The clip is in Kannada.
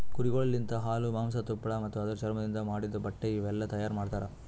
ಕುರಿಗೊಳ್ ಲಿಂತ ಹಾಲು, ಮಾಂಸ, ತುಪ್ಪಳ ಮತ್ತ ಅದುರ್ ಚರ್ಮದಿಂದ್ ಮಾಡಿದ್ದ ಬಟ್ಟೆ ಇವುಯೆಲ್ಲ ತೈಯಾರ್ ಮಾಡ್ತರ